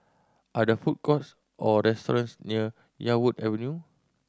are there food courts or restaurants near Yarwood Avenue